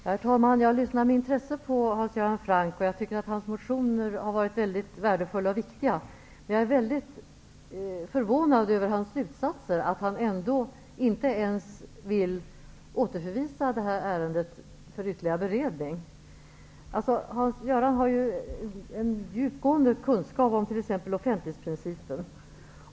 Herr talman! Jag lyssnade med intresse på Hans Göran Francks anförande. Hans motioner har varit värdefulla och viktiga. Men jag är väldigt förvånad över hans slutsats, att han ändå inte ens vill att ärendet skall återförvisas för ytterligare beredning. Hans Göran Franck har en djupgående kunskap om offentlighetsprincipen.